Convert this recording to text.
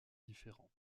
différent